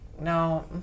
No